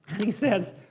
and he says